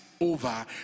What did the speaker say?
over